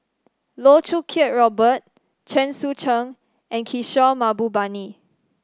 Loh Choo Kiat Robert Chen Sucheng and Kishore Mahbubani